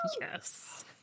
yes